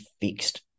fixed